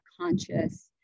conscious